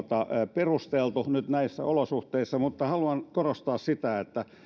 perusteltu nyt näissä olosuhteissa mutta haluan korostaa sitä että